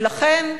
לכן,